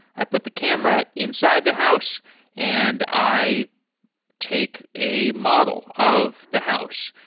i put the camera inside the house and i take a model of the house,